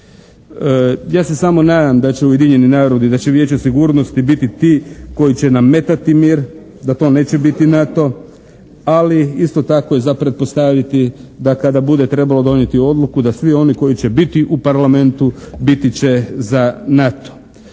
Ja se samo nadam da će Ujedinjeni narodi, da će Vijeće sigurnosti biti ti koji će nametati mir, da to neće biti NATO. Ali, isto tako je za pretpostaviti da kada bude trebalo donijeti odluku da svi oni koji će biti u Parlamentu biti će za NATO.